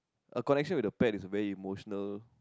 a connection with the pet is very emotional